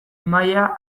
mahaia